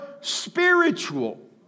spiritual